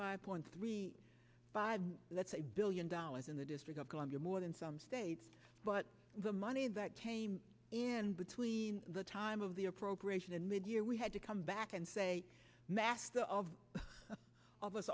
five point three five that's a billion dollars in the district of columbia more than some states but the money that came in between the time of the appropriation and mid year we had to come back and say master of al